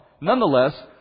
nonetheless